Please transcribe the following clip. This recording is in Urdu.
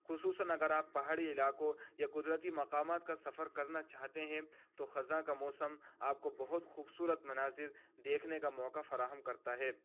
خصوصاً اگر آپ پہاڑی علاقوں یا قدرتی مقامات کا سفر کرنا چاہتے ہیں تو خزاں کا موسم آپ کو بہت خوبصورت مناظر دیکھنے کا موقع فراہم کرتا ہے